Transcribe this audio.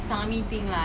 really ah